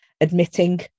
admitting